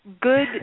Good